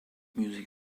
music